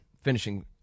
finishing